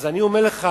אז אני אומר לך,